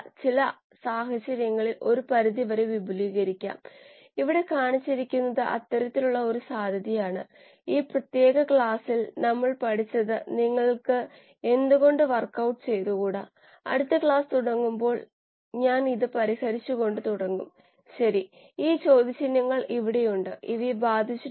അതിനാൽ താപ ഉൽപാദന നിരക്ക് 27 നിരവധി തീരുമാനങ്ങളെടുക്കാൻ ഇത്കൊണ്ട് കഴിയും ഇപ്പോൾ ഈ പ്രശ്നം ഞാൻ നൽകാം ഈ പ്രഭാഷണം ഇവിടെ അവസാനിക്കുന്നു